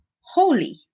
holy